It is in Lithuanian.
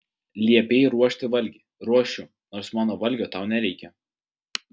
liepei ruošti valgį ruošiu nors mano valgio tau nereikia